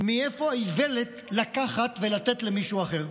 מאיפה האיוולת לקחת ולתת למישהו אחר?